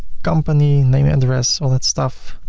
company, name, address all that stuff.